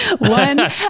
One